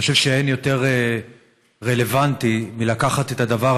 אני חושב שאין יותר רלוונטי מלקחת את הדבר